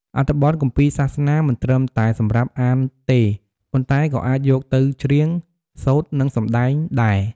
អត្ថបទគម្ពីរសាសនា មិនត្រឹមតែសម្រាប់អានទេ ប៉ុន្តែក៏អាចយកទៅច្រៀង សូត្រ និងសម្ដែងដែរ។